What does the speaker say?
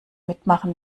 mitmachen